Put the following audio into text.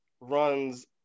runs